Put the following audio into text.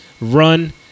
run